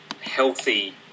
healthy